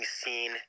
seen